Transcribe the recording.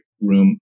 room